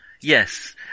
Yes